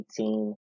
18